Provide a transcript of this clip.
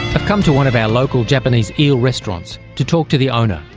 i've come to one of our local japanese eel restaurants to talk to the owner,